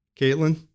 Caitlin